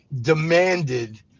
demanded